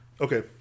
Okay